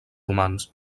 romans